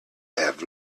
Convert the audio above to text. have